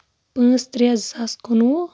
پٲنٛژھ ترٛےٚ زٕ ساس کُنوُہ